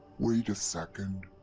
wait a second.